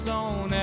on